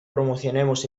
promocionemos